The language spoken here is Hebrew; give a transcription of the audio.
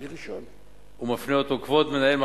3. מה היא עלות עבודתן ומהיכן התקציב